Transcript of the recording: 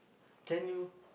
can you